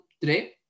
today